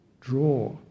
draw